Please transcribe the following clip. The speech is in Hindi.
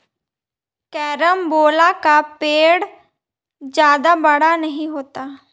कैरमबोला का पेड़ जादा बड़ा नहीं होता